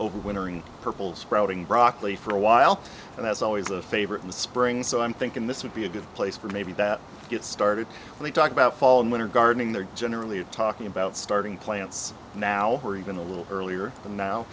overwintering purple sprouting broccoli for a while and that's always a favorite in the spring so i'm thinking this would be a good place for maybe that get started we talk about fall and winter gardening there generally are talking about starting plants now or even a little earlier and now